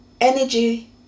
energy